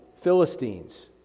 Philistines